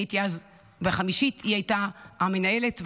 אני הייתי אז בחמישית, היא הייתה המנהלת והיוזמת,